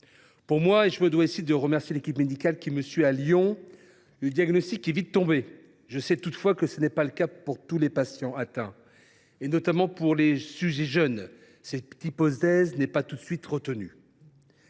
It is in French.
Pour moi – je me dois ici de remercier l’équipe médicale qui me suit à Lyon –, le diagnostic est vite tombé. Je sais toutefois que ce n’est pas le cas de tous les patients atteints, notamment les sujets jeunes, car cette hypothèse n’est pas tout de suite retenue.